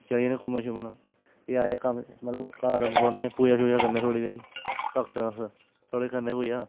चली जन्ने घुम्मन शुम्मन फ्ही आए घर मतलब घर बौह्ने पूजा शुजा करने थोह्ड़ी जेही भक्त आं अस थोह्ड़ी करने पूजा